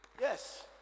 Yes